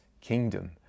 Kingdom